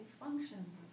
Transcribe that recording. functions